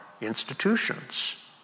institutions